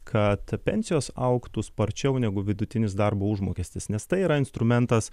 kad pensijos augtų sparčiau negu vidutinis darbo užmokestis nes tai yra instrumentas